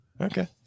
Okay